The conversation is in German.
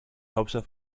hauptstadt